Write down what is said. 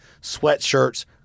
sweatshirts